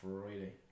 Friday